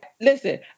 Listen